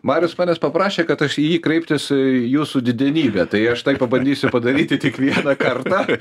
marius manes paprašė kad aš į jį kreiptis jūsų didenybe tai aš tai pabandysiu padaryti tik vieną kartą